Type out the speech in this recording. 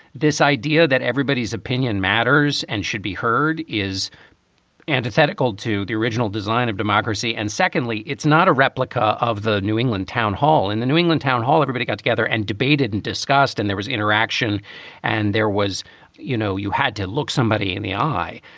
this idea that everybody's opinion matters and should be heard is antithetical to the original design of democracy. and secondly, it's not a replica of the new england town hall in the new england town hall. everybody got together and debated and discussed and there was interaction and there was you know, you had to look somebody in the eye.